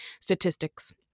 statistics